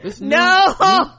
no